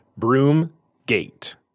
Broomgate